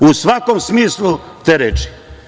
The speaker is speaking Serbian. U svakom smislu te reči.